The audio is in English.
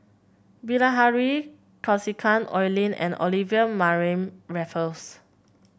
Bilahari Kausikan Oi Lin and Olivia Mariamne Raffles